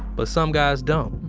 but some guys don't.